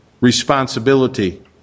responsibility